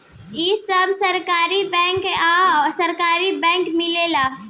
इ सब सहकारी बैंक आ सरकारी बैंक मिलेला